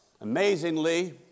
Amazingly